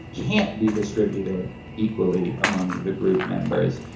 can't be distributed equally among the group members,